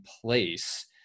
place